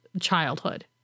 childhood